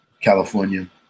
California